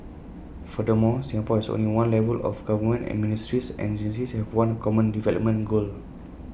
furthermore Singapore has only one level of government and ministries and agencies have one common development goal